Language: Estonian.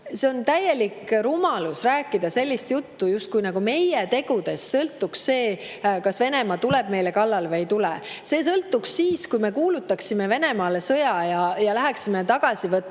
Aga on täielik rumalus rääkida sellist juttu, justkui meie tegudest sõltub see, kas Venemaa tuleb meile kallale või ei tule. See sõltuks siis, kui me kuulutaksime Venemaale sõja ja läheksime tagasi võtma